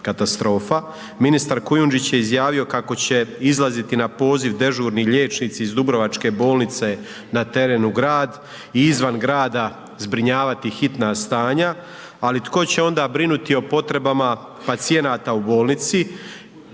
katastrofa. Ministarstva Kujundžić je izjavio kako će izlaziti na poziv dežurni liječnici iz Dubrovačke bolnice na teren u grad i izvan grada zbrinjavati hitna stanja ali tko će onda brinuti o potrebama pacijenata u bolnici.